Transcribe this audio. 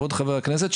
כבוד חבר הכנסת,